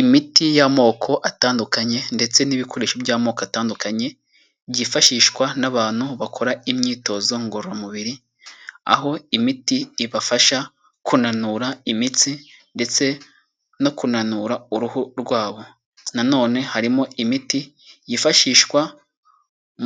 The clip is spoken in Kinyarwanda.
Imiti y'amoko atandukanye ndetse n'ibikoresho by'amoko atandukanye, byifashishwa n'abantu bakora imyitozo ngororamubiri. Aho imiti ibafasha kunanura imitsi ndetse no kunanura uruhu rwabo, na none harimo imiti yifashishwa